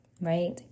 Right